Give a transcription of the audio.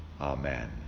Amen